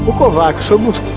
kovacs um was